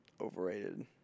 overrated